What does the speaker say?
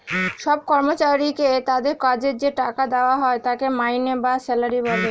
সব কর্মচারীকে তাদের কাজের যে টাকা দেওয়া হয় তাকে মাইনে বা স্যালারি বলে